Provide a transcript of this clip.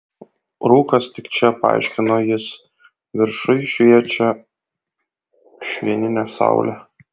rūkas tik čia paaiškino jis viršuj šviečia švininė saulė